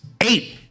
Eight